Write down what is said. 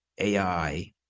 AI